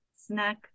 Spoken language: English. snack